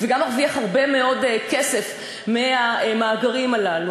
וגם מרוויח הרבה מאוד כסף מהמאגרים הללו.